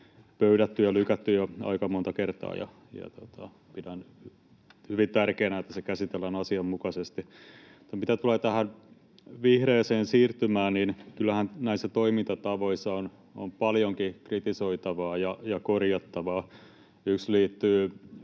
pöydätty ja lykätty jo aika monta kertaa. Pidän hyvin tärkeänä, että se käsitellään asianmukaisesti. Mutta mitä tulee tähän vihreään siirtymään, niin kyllähän näissä toimintatavoissa on paljonkin kritisoitavaa ja korjattavaa. Yksi liittyy